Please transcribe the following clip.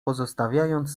pozostawiając